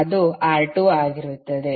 ಅದು R2 ಆಗಿರುತ್ತದೆ